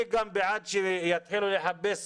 אני גם בעד שיתחילו לחפש